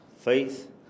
faith